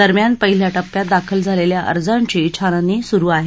दरम्यान पहिल्या टप्प्यात दाखल झालेल्या अर्जांची छाननी सुरु आहे